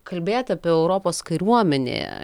kalbėt apie europos kariuomenę